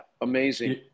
Amazing